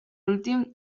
últim